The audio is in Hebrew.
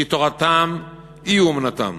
כי תורתם היא אומנותם.